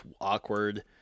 awkward